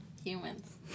humans